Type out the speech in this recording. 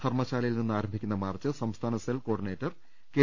ധർമ്മശാലയിൽ നിന്നാരംഭിക്കുന്ന മാർച്ച് സംസ്ഥാന cell coordinator K